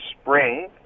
spring